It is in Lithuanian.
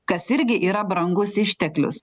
kas irgi yra brangus išteklius